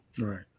Right